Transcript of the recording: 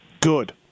good